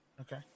Okay